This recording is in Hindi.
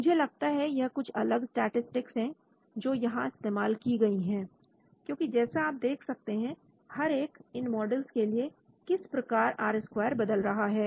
मुझे लगता है यह कुछ अलग स्टैटिसटिक्स है जो यहां इस्तेमाल की गई हैं क्योंकि जैसा आप देख सकते हैं हरेक इन मॉडल्स के लिए किस प्रकार आर स्क्वायर बदल रहा है